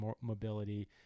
mobility